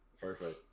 Perfect